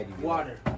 Water